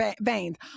veins